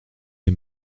les